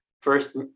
first